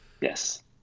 yes